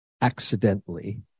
accidentally